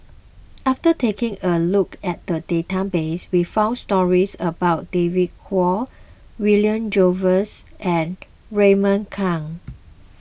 after taking a look at the database we found stories about David Kwo William Jervois and Raymond Kang